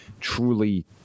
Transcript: truly